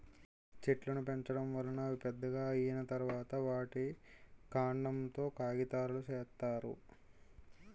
చెట్లును పెంచడం వలన అవి పెద్దవి అయ్యిన తరువాత, వాటి కాండం తో కాగితాలును సేత్తారు